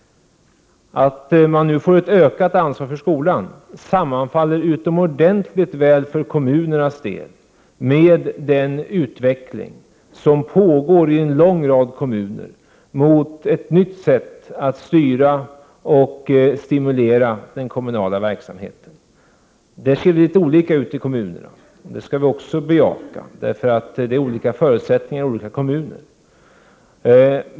Att kommunerna nu får ett ökat ansvar för skolan sammanfaller utomordentligt väl för deras del med den utveckling som pågår i en lång rad kommuner mot ett nytt sätt att styra och stimulera den kommunala verksamheten. Vi måste medge att det ser litet olika ut i kommunerna. Det finns ju olika förutsättningar i olika kommuner.